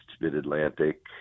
Mid-Atlantic